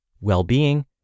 well-being